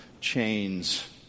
chains